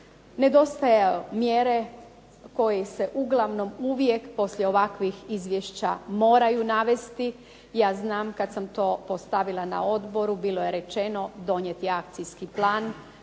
nedostaju mjere koje se uglavnom uvijek poslije ovakvih izvješća moraju navesti. Ja znam kad sam to postavila na odboru bilo je rečeno donijet je akcijski plan.